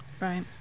Right